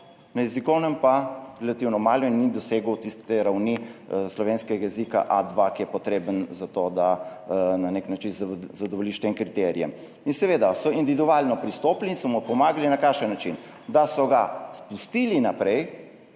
na jezikovnem pa relativno malo in ni dosegel tiste ravni slovenskega jezika A2, ki je potrebna, zato da na nek način zadovoljiš tem kriterijem. In seveda so individualno pristopili in so mu pomagali. Na kakšen način? Da so ga spustili naprej.